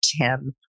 Tim